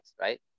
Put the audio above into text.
right